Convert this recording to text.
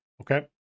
Okay